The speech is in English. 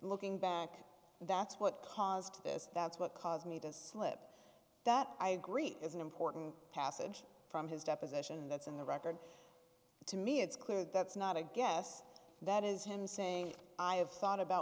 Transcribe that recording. looking back that's what caused this that's what caused me to slip that i agree is an important passage from his deposition that's in the record to me it's clear that's not a guess that is him saying i have thought about